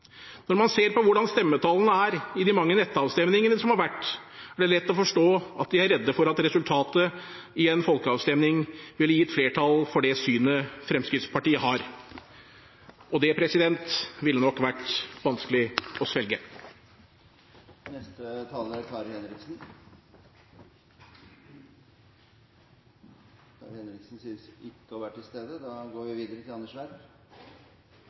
Når man ser på stemmetallene i de mange nettavstemningene som har vært, er det lett å forstå at man er redd for at resultatet i en folkeavstemning ville gitt flertall for det synet Fremskrittspartiet har – og det ville nok vært vanskelig å svelge. Norge er